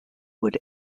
would